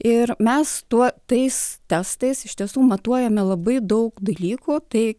ir mes tuo tais testais iš tiesų matuojame labai daug dalykų tai